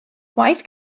gwaith